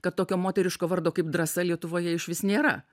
kad tokio moteriško vardo kaip drąsa lietuvoje išvis nėra